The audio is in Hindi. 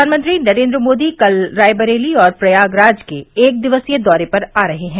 प्रधानमंत्री नरेन्द्र मोदी कल रायबरेली और प्रयागराज के एक दिवसीय दौरे पर आ रहे हैं